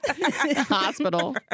Hospital